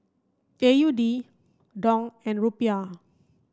A U D Dong and Rupiah